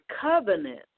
covenant